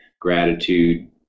gratitude